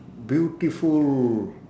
beautiful